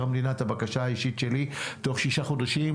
המדינה את הבקשה האישית שלי תוך 6 חודשים,